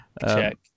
Check